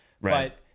Right